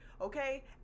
okay